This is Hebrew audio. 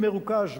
ב-PV מרוכז,